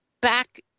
back